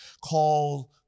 called